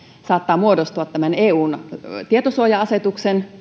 saattaa muodostua eun tietosuoja asetuksen